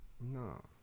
No